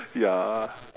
ya